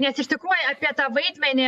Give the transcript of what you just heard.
nes iš tikrųjų apie tą vaidmenį